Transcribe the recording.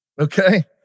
okay